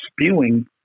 spewing